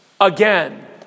again